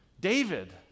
David